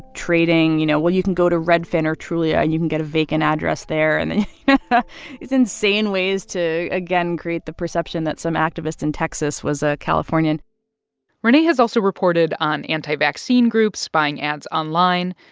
trading you know, well, you can go to redfin or trulia. you can get a vacant address there, and then ah these insane ways to, again, create the perception that some activist in texas was a californian renee has also reported on anti-vaccine groups buying ads online,